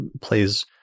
plays